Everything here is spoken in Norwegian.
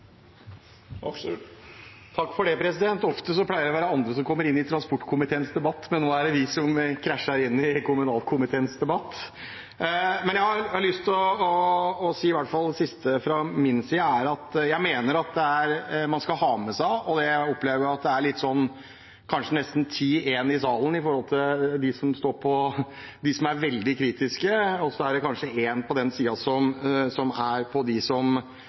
Ofte pleier det å være andre som kommer inn i transportkomiteens debatt, men nå var det vi som krasja inn i kommunal- og forvaltningskomiteens debatt. Jeg har lyst til å si i hvert fall det siste jeg mener at man skal ha med seg. Jeg opplever at det kanskje er nesten 10–1 her i salen; det er de som er veldig kritiske, og så er det kanskje én på den siden som synes at dette er et veldig bra transportmiddel. Man skal ha med seg at det er ganske mange som